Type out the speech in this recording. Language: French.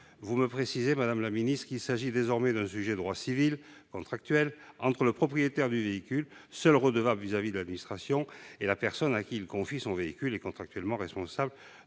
vous m'aviez précisé, madame la ministre, qu'il s'agissait désormais d'un sujet de droit civil contractuel entre le propriétaire du véhicule, seul redevable envers l'administration, et la personne à laquelle il confie son véhicule et qui est contractuellement responsable